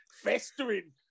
festering